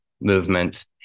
movement